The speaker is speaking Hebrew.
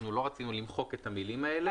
אנחנו לא רצינו למחוק את המילים האלה,